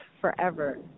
forever